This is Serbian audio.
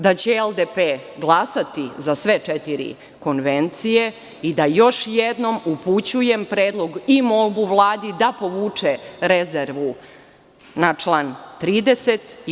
Da će LDP glasati za sve četiri konvencije i da još jednom upućujem predlog i molbu Vladi da povuče rezervu na član 30.